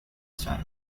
style